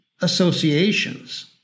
associations